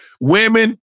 Women